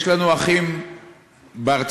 יש לנו אחים בארצות-הברית,